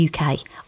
UK